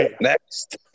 next